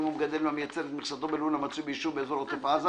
אם הוא מגדל המייצר את מכסתו בלול המצוי ביישוב באזור עוטף עזה